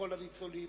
לכל הניצולים.